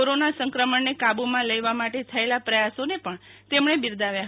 corona સંક્રમણ ને કાબૂમાં લેવા માટે થયેલા પ્રયાસો ને પણ તેમણે બિરદાવયા હતા